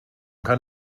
kann